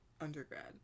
undergrad